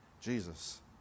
Jesus